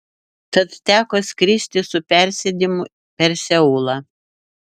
tad teko skristi su persėdimu per seulą